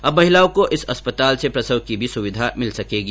अब महिलाओं को इस अस्पताल से प्रसव की भी सुविधा मिल सकेगी